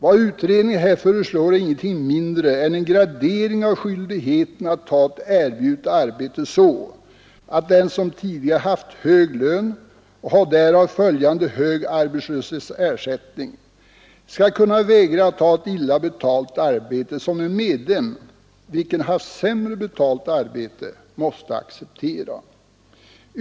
Vad utredningen här föreslår är ingenting mindre än en gradering av skyldigheten att ta ett erbjudet arbete så att den som tidigare har haft hög lön och har därav följande hög arbetslöshetsersättning skall kunna vägra ta ett illa betalt arbete, som en medlem vilken haft sämre betalt arbete måste acceptera.